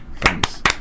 Thanks